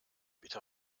bitte